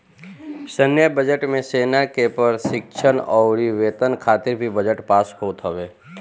सैन्य बजट मे सेना के प्रशिक्षण अउरी वेतन खातिर भी बजट पास होत हवे